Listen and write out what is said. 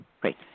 Great